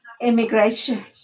immigration